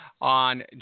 on